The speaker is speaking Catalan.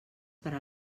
per